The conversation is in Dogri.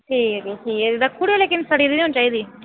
ठीक ऐ ठीक ऐ रक्खी ओड़ो सड़ी दी नीं होनी चाहिदी